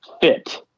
fit